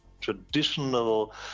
traditional